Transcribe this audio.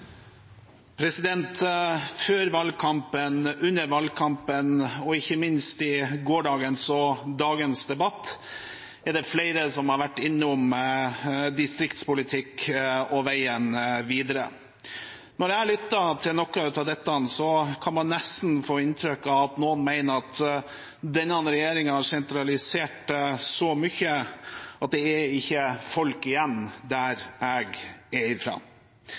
det flere som har vært innom distriktspolitikk og veien videre. Når jeg lytter til noe av dette, kan jeg nesten få inntrykk av at noen mener at denne regjeringen har sentralisert så mye at det ikke er folk igjen der jeg er